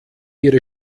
ihre